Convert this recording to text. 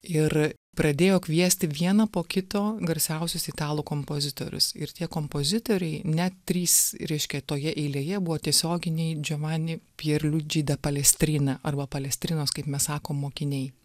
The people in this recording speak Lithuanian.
ir pradėjo kviesti vieną po kito garsiausius italų kompozitorius ir tie kompozitoriai net trys reiškia toje eilėje buvo tiesioginiai džovani pierliudži da palestrina arba palestrinos kaip mes sakom mokiniai